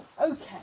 Okay